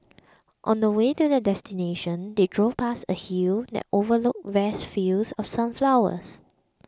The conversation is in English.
on the way to their destination they drove past a hill that overlooked vast fields of sunflowers